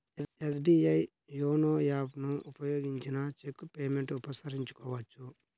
SBI YONO app ను ఉపయోగించిన cheque payment ఉపసంహరించుకోవచ్చు